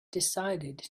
decided